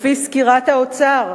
לפי סקירת האוצר.